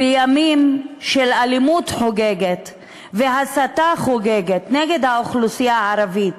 בימים שהאלימות חוגגת וההסתה חוגגת נגד האוכלוסייה הערבית,